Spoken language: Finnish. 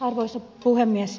arvoisa puhemies